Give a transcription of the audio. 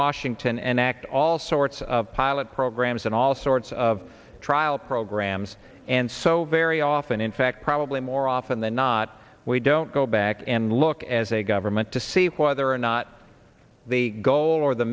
washington and act all sorts of pilot programs and all sorts of trial programs and so very often in fact probably more often than not we don't go back and look as a government to see whether or not the goal or the